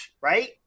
right